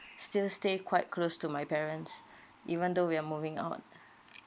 still stay quite close to my parents even though we are moving out